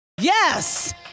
Yes